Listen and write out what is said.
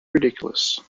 ridiculous